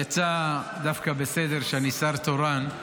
יצא דווקא בסדר שאני שר תורן,